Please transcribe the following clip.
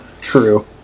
True